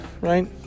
right